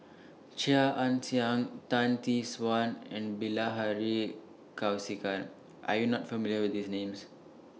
Chia Ann Siang Tan Tee Suan and Bilahari Kausikan Are YOU not familiar with These Names